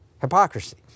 Hypocrisy